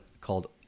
called